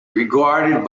regarded